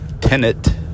tenant